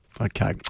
Okay